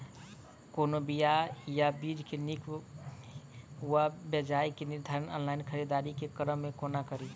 कोनों बीया वा बीज केँ नीक वा बेजाय केँ निर्धारण ऑनलाइन खरीददारी केँ क्रम मे कोना कड़ी?